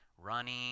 running